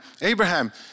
Abraham